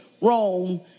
Rome